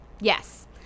Yes